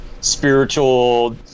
spiritual